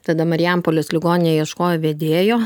tada marijampolės ligoninė ieškojo vedėjo